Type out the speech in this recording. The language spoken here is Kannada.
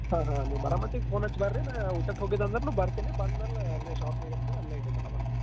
ಹಾಂ ಹಾಂ ನೀವು ಬರೋ ಮಟ್ಟಿಗೆ ಫೋನ್ ಹಚ್ಚಿ ಬನ್ರಿ ನಾ ಊಟಕ್ಕೆ ಹೋಗಿದಂದ್ರೂ ಬರ್ತೀನಿ ಬಂದಮೇಲೆ ಅಲ್ಲೇ ಷಾಪ್ನಾಗ ಇರ್ತೀನಿ ಅಲ್ಲೇ ಇದು ಮಾಡಣಂತ